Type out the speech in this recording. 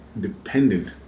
dependent